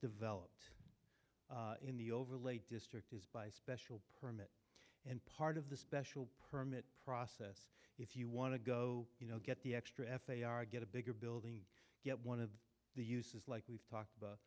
developed in the overlay district is by special purpose and part of the special permit process if you want to go you know get the extra f a r get a bigger building get one of the uses like we've talked about